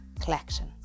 collection